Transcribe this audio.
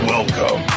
Welcome